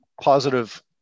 positive